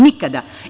Nikada.